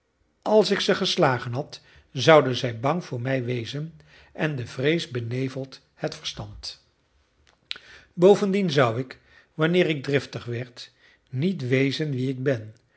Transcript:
als ik ze geslagen had zouden zij bang voor mij wezen en de vrees benevelt het verstand bovendien zou ik wanneer ik driftig werd niet wezen wie ik ben